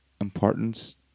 importance